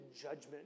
judgment